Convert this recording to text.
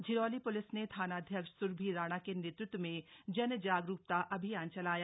Jhiroli police ने थानाध्यक्ष स्रभि राणा के नेतृत्व में जनजागरुकता अभियान चलाया